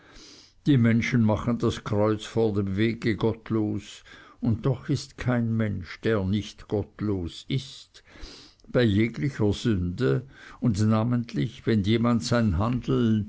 die menschen machen das kreuz vor dem worte gottlos und doch ist kein mensch der nicht gottlos ist bei jeglicher sünde und namentlich wenn jemand sein handeln